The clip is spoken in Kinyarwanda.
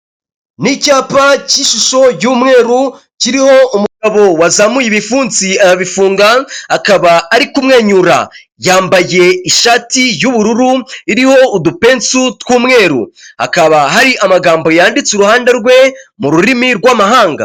Ni icyapa cyishusho y'umweru kiriho umugabo wazamuye ibipfunsi arabifunga akaba ari kumwenyura, yambaye ishati y'ubururu iriho udupensu tw'umweru, hakaba hari amagambo yanditse uruhande rwe mu rurimi rw'amahanga .